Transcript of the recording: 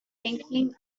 thinking